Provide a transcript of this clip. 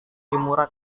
kimura